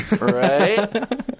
right